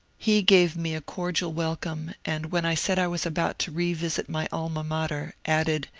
he gave me a cordial welcome, and when i said i was about to revisit my alma mater, added,